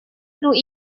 through